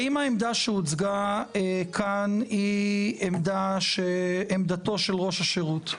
האם העמדה שהוצגה כאן היא עמדתו של ראש השירות?